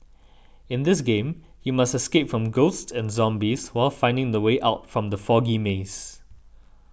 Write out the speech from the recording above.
in this game you must escape from ghosts and zombies while finding the way out from the foggy maze